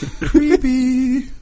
Creepy